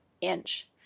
inch